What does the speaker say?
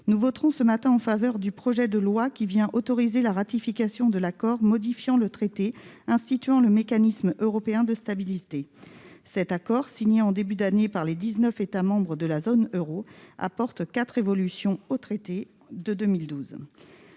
nous voterons ce matin en faveur du projet de loi autorisant la ratification de l'accord modifiant le traité instituant le Mécanisme européen de stabilité. Cet accord, signé en début d'année par les dix-neuf États membres de la zone euro, introduit quatre